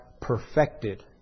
perfected